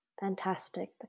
fantastic